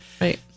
Right